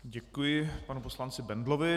Děkuji panu poslanci Bendlovi.